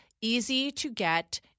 easy-to-get